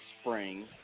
spring